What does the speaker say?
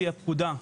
לפי הפקודה,